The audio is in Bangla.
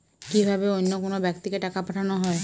কি ভাবে অন্য কোনো ব্যাক্তিকে টাকা পাঠানো হয়?